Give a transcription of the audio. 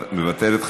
מוותרת.